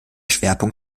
schwerpunkt